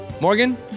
Morgan